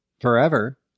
forever